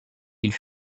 ils